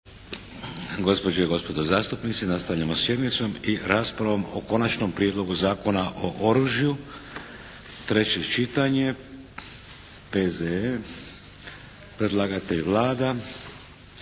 Gospođe i gospodo zastupnici, nastavljamo sjednicom i raspravom o - Konačni prijedlog Zakona o oružju, treće čitanje P.Z.E. br. 522; Predlagatelj je Vlada.